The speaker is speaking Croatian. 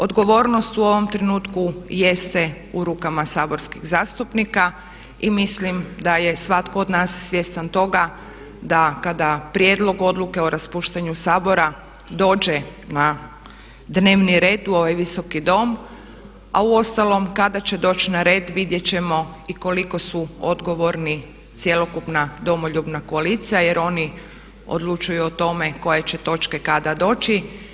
Odgovornost u ovom trenutku jeste u rukama saborskih zastupnika i mislim da svatko od nas svjestan toga da kada prijedlog odluke o raspuštanju Sabora dođe na dnevni redu u ovaj Visoki dom a uostalom kada će doći na red vidjet ćemo i koliko su odgovorni cjelokupna domoljubna koalicija jer oni odlučuju o tome koje će točke kada doći.